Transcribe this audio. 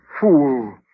Fool